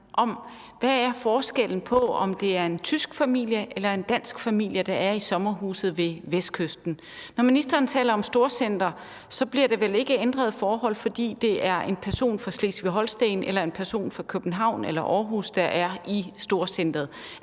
hvad forskellen er på, om det er en tysk familie eller en dansk familie, der er i sommerhuset ved Vestkysten. Når ministeren taler om storcentre, bliver der vel ikke ændrede forhold, fordi det er en person fra Slesvig-Holsten eller en person fra København eller Aarhus, der er i storcentret.